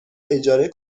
اجاره